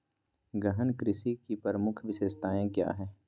गहन कृषि की प्रमुख विशेषताएं क्या है?